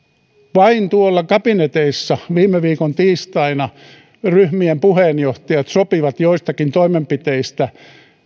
vain tuolla kabineteissa viime viikon tiistaina ryhmien puheenjohtajat sopivat joistakin toimenpiteistä